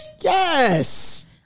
Yes